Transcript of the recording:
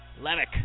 Levick